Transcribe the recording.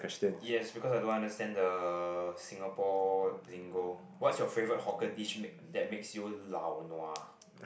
yes because I don't understand the Singapore lingo what's your favourite hawker dish make that makes you lao nua